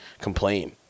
complain